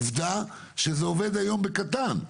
עובדה שזה עובד היום בקטן.